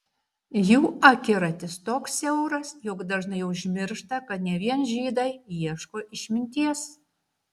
jų akiratis toks siauras jog dažnai užmiršta kad ne vien žydai ieško išminties